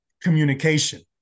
communication